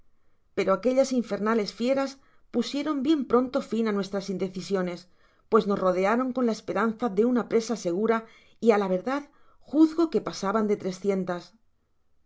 pero aquellas infernales fieras pusieron bien pronto fin á nuestras indecisiones pues nos rodearon con la esperanza de una presa segura y á la verdad juzgo que pasaban de trescientas